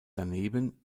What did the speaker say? daneben